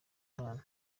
imana